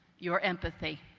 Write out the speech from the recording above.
your empathy.